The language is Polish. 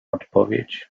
odpowiedź